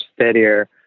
steadier